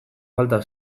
falta